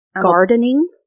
gardening